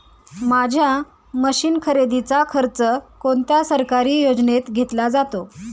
माझ्या मशीन खरेदीचा खर्च कोणत्या सरकारी योजनेत घेतला जातो?